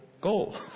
goal